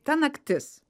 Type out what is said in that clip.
ta naktis